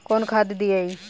कौन खाद दियई?